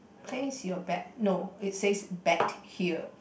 place your bet no it says bet here